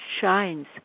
shines